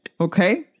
Okay